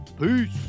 Peace